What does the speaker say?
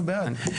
אנחנו בעד,